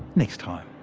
next time.